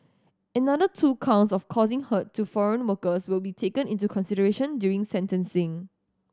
another two counts of causing hurt to foreign workers will be taken into consideration during sentencing